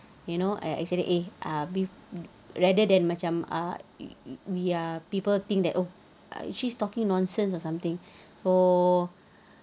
you know I I said it eh um be rather than macam ah we are people think that oh she's talking nonsense or something or uh